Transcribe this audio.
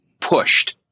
pushed